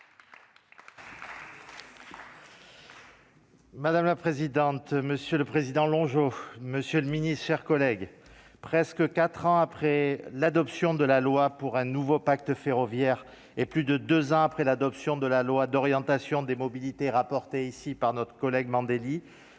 Madame la présidente, monsieur le président, l'enjeu, monsieur le Ministre, chers collègues, presque 4 ans après l'adoption de la loi pour un nouveau pacte ferroviaire et plus de 2 ans après l'adoption de la loi d'orientation des mobilités rapportée ici par notre collègue Mandelli,